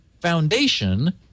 foundation